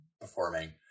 performing